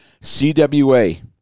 cwa